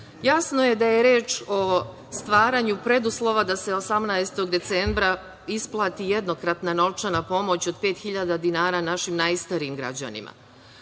jasno je da je reč o stvaranju preduslova da se 18. decembra isplati jednokratna novčana pomoć od 5.000 dinara našim najstarijim građanima. Ovu